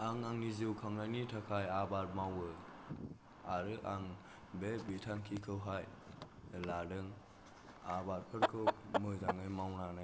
आं आंनि जिउ खांनायनि थाखाय आबाद मावो आरो आं बे बिथांखिखौहाय लादों आबादफोरखौ मोजाङै मावनानै